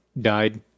died